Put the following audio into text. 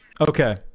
Okay